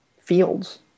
fields